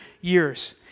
years